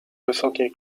wysokiej